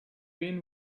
wen